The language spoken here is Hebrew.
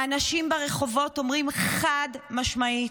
האנשים ברחובות אומרים חד-משמעית: